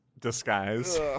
disguise